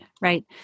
Right